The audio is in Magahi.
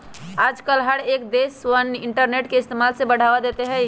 आजकल हर एक देशवन इन्टरनेट के इस्तेमाल से बढ़ावा देते हई